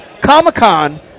Comic-Con